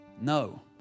No